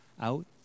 out